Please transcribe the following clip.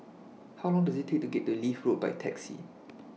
How Long Does IT Take to get to Leith Road By Taxi